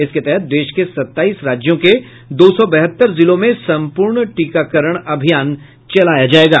इसके तहत देश के सताईस राज्यों के दो सौ बहत्तर जिलों में संपूर्ण टीकाकरण अभियान चलाया जायेगा